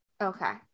Okay